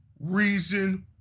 reason